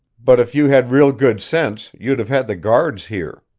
but if you had real good sense you'd have had the guards here.